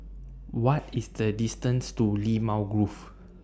What IS The distance to Limau Grove